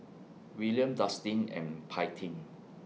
William Dustin and Paityn